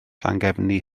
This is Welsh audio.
llangefni